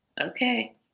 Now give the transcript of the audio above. Okay